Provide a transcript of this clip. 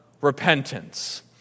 repentance